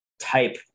type